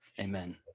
Amen